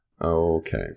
Okay